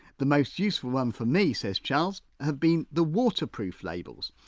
the most useful one for me, says charles, have been the waterproof labels.